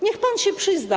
Niech pan się przyzna.